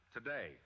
Today